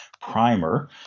primer